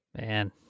Man